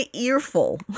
earful